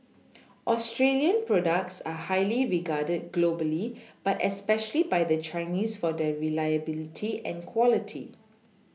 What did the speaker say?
Australian products are highly regarded globally but especially by the Chinese for their reliability and quality